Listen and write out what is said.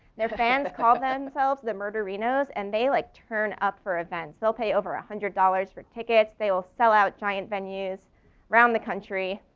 their fans called themselves the murder reno's and they like turn up for events. they'll pay over one ah hundred dollars for tickets, they will sell out giant venues around the country.